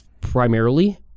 primarily